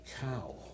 cow